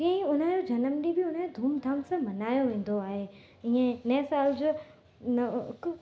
तीअं ई उन ओ जनम ॾींहुं बि उन जो धूम धाम सां मल्हायो वेंदो आहे ईअं इन साल जो न हिकु